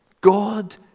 God